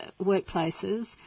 workplaces